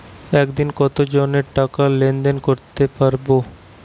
একদিন কত জনকে টাকা লেনদেন করতে পারবো?